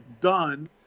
done